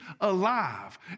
alive